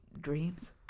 dreams